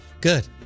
good